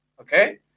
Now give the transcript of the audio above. okay